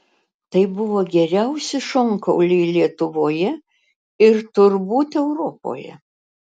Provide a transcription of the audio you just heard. tai buvo geriausi šonkauliai lietuvoje ir turbūt europoje